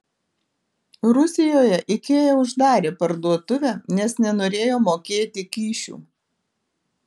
rusijoje ikea uždarė parduotuvę nes nenorėjo mokėti kyšių